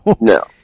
No